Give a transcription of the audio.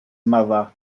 mother